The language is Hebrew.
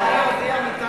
אפשר לדעת מי הודיע מטעם